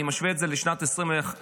אני משווה את זה לשנת 2021,